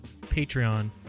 Patreon